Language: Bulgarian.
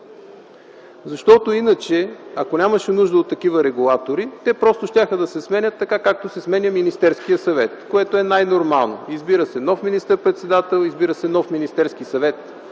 Защото иначе, ако нямаше нужда от такива регулатори, те просто щяха да се сменят така, както се сменя Министерският съвет, което е най-нормално: избира се нов министър-председател, избира се нов Министерски съвет,